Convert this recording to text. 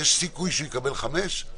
יש סיכוי שהוא יקבל 5,000 שקל?